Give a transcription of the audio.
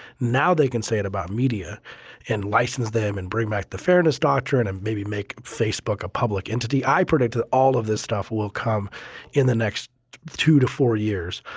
now they can say it about media and license them and bring back the fairness doctrine and maybe make facebook a public entity. i predict that all of this stuff will will come in the next two to four years.